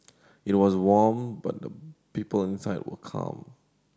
it was warm but the people inside were calm